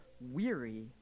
weary